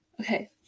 Okay